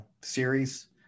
series